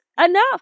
enough